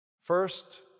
First